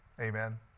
amen